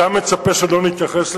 אתה מצפה שלא נתייחס לזה?